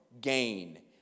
gain